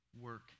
work